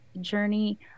journey